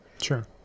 Sure